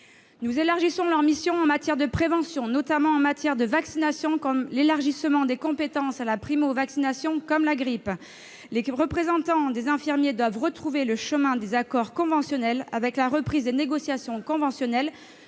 Nous élargissons leurs missions de prévention, notamment en matière de vaccination, avec l'élargissement des compétences à la primo-vaccination contre la grippe. Les représentants des infirmiers doivent retrouver le chemin des accords conventionnels avec la reprise des négociations conventionnelles,